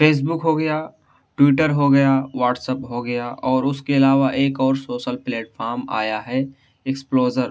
face بک ہو گیا Twitter ہو گیا واٹس اپ ہو گیا اور اس کے علاوہ ایک اور شوسل پلیٹفارم آیا ہے اکسپلگر